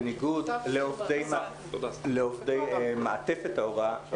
בניגוד לעובדי מעטפת ההוראה,